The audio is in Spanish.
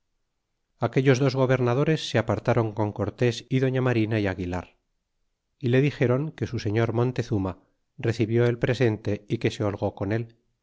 aquellos dos gobernadores se apartron con cortes y doña marina y aguilar y le dixeron que su señor montezuma recibió el presente y que se holgó con él